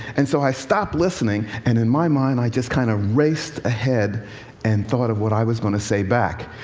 and so i stopped listening. and in my mind, i just kind of raced ahead and thought of what i was going to say back,